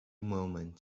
moments